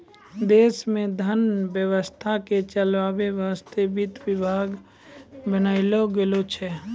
देश मे धन व्यवस्था के चलावै वासतै वित्त विभाग बनैलो गेलो छै